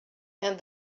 and